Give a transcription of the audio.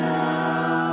Now